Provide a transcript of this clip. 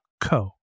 co